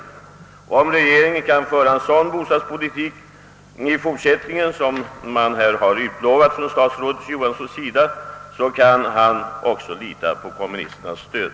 Om regeringen i fortsättningen kan föra en sådan bostadspolitik, som statsrådet Johansson här har utlovat, kan han också räkna med kommunisternas stöd.